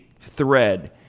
thread